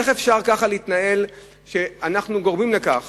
איך אפשר כך להתנהל, כשאנחנו גורמים לכך